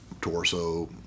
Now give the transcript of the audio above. torso